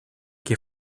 que